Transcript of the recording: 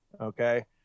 Okay